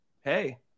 hey